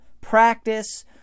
practice